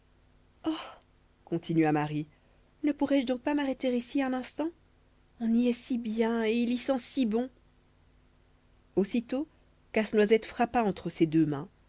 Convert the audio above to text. oh continua marie ne pourrais-je donc pas m'arrêter ici un instant on y est si bien et il y sent si bon aussitôt casse-noisette frappa entre ses deux mains